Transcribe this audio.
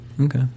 Okay